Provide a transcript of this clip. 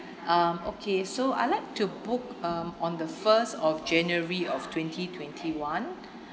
um okay so I'd like to book um on the first of january of twenty twenty one